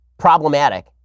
problematic